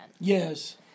Yes